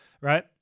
right